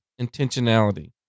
intentionality